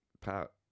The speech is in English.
Pat